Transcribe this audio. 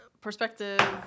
perspective